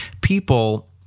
people